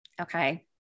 Okay